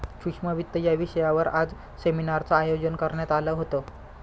सूक्ष्म वित्त या विषयावर आज सेमिनारचं आयोजन करण्यात आलं होतं